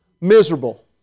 miserable